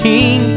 King